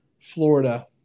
Florida